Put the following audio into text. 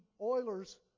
Oilers